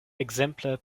ekzemple